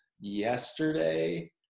yesterday